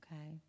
Okay